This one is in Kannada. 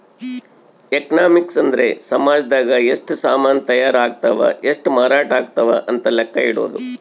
ಎಕನಾಮಿಕ್ಸ್ ಅಂದ್ರ ಸಾಮಜದಾಗ ಎಷ್ಟ ಸಾಮನ್ ತಾಯರ್ ಅಗ್ತವ್ ಎಷ್ಟ ಮಾರಾಟ ಅಗ್ತವ್ ಅಂತ ಲೆಕ್ಕ ಇಡೊದು